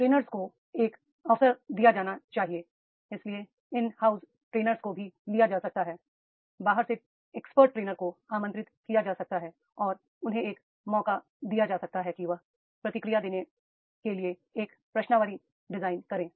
trainers को एक अवसर दिया जाना चाहिए इसलिए इन हाउस ट्रेनर्स को भी लिया जा सकता है i बाहर से एक्सपोर्ट ट्रेनर को आमंत्रित किया जा सकता है और उन्हें एक मौका दिया जा सकता है कि वह प्रतिक्रिया देने के लिए एक प्रश्नावली डिजाइन करें